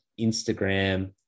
Instagram